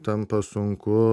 tampa sunku